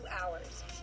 hours